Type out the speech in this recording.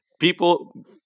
people